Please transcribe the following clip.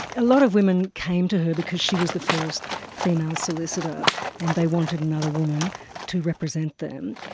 a lot of women came to her because she was the first female solicitor and they wanted another woman to represent them.